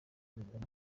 binyuranye